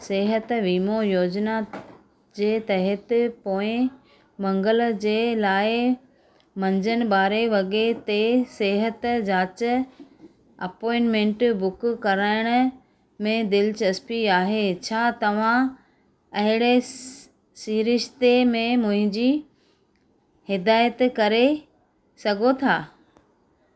सिहत वीमो योजना जे तहति पोएं मंगल जे लाइ मंझंदि ॿारे वगे ते सिहत जांच अपॉइंटमेंट बुक करण में दिलचस्पी आहे छा तव्हां अहिड़े सिरिश्ते में मुंहिंजी हिदायत करे सघो था